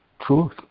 truth